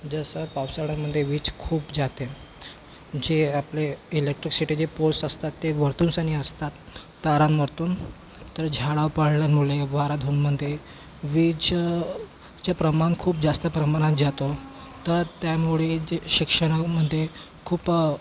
जसं पावसाळ्यामधे वीज खूप जाते जे आपले इलेक्ट्रिसिटीचे पोल्स असतात ते वरतूनसानी असतात तारांमरतून तर झाडापाल्डांमुळे वाराधूनमधे वीज चं प्रमाण खूप जास्त प्रमाणात जातो तर त्यामुळे जे शिक्षणाहूमधे खूप